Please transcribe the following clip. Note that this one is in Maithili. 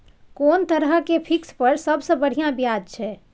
कोन तरह के फिक्स पर सबसे बढ़िया ब्याज छै?